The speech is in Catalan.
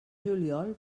juliol